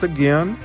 Again